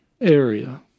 area